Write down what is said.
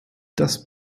das